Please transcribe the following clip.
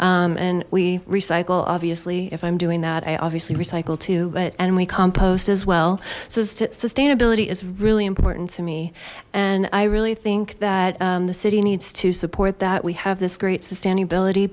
and we recycle obviously if i'm doing that i obviously recycle too but enemy compost as well so sustainability is really important to me and i really think that the city needs to support that we have this great sustainability